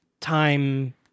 time